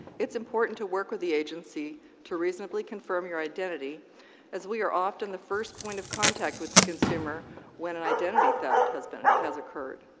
it's important to work with the agency to reasonably confirm your identity as we are often the first point of contact with the consumer when an identity theft has has occurred.